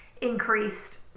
increased